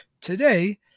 Today